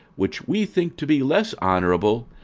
which we think to be less honourable,